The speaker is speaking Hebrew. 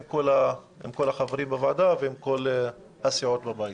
כל החברים בוועדה ועם כל הסיעות בבית.